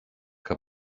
que